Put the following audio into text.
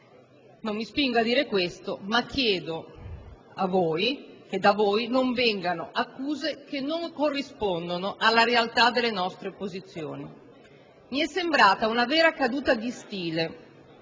Non mi spingo a dire questo, ma vi chiedo che da voi non vengano accuse che non corrispondono alla realtà delle nostre posizioni. Mi è sembrata una vera caduta di stile